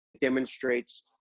demonstrates